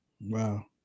Wow